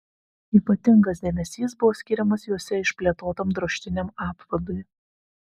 ypatingas dėmesys buvo skiriamas juose išplėtotam drožtiniam apvadui